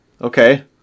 Okay